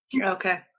Okay